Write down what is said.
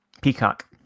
Peacock